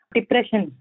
Depression